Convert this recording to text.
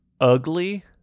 ugly